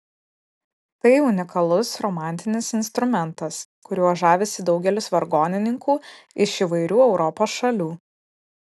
tai unikalus romantinis instrumentas kuriuo žavisi daugelis vargonininkų iš įvairių europos šalių